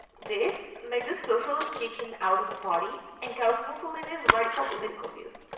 this made the socialists kick him out of the party and caused mussolini's radical political views.